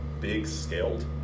big-scaled